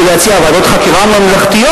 ולהציע ועדות חקירה ממלכתיות.